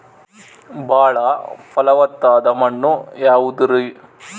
ಬಾಳ ಫಲವತ್ತಾದ ಮಣ್ಣು ಯಾವುದರಿ?